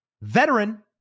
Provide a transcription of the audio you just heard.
veteran